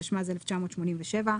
התשמ"ז-1987.